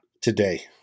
today